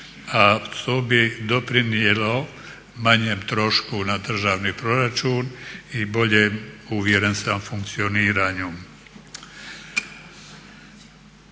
a to bi doprinijelo manjem trošku na državni proračun i boljem uvjeren sam funkcioniranju.